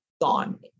gone